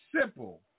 simple